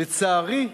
לצערי,